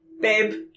Babe